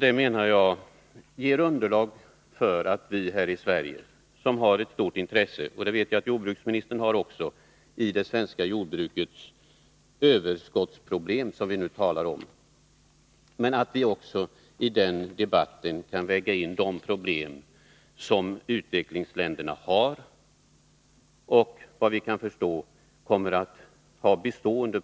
Det menar jag ger underlag för att vi här i Sverige, som har ett stort intresse — och det vet jag att jordbruksministern också har — i det svenska jordbrukets överskottsproblem, som vi nu talar om, i den debatten bör väga in de problem som utvecklingsländerna har, problem som, såvitt vi kan förstå, kommer att bli bestående